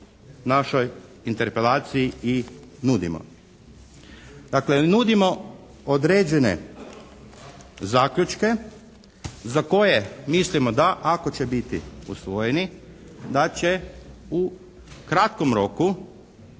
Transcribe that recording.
našoj interpelaciji i nudimo. Dakle, nudimo određene zaključke za koje mislimo da ako će biti usvojeni da će u kratkom roku